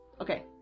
Okay